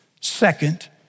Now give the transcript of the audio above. Second